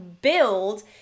build